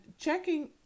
checking